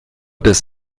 des